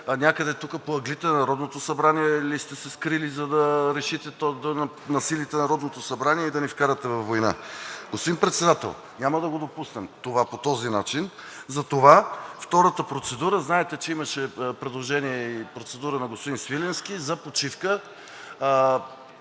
някъде тук по ъглите на Народното събрание ли сте се скрили, за да решите да насилите Народното събрание и да ни вкарате във война? Господин Председател, няма да го допуснем това по този начин, затова – втората процедура. Знаете, че имаше предложение и процедура на господин Свиленски за почивка.